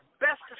best